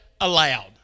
allowed